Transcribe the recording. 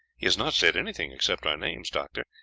he has not said anything except our names, doctor,